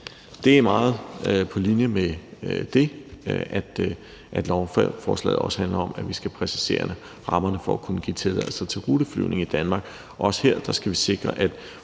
Det er meget på linje med det, at lovforslaget også handler om, at vi skal præcisere rammerne for at kunne give tilladelser til ruteflyvning i Danmark. Også her skal vi sikre, at